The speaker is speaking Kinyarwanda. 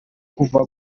kuva